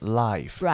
life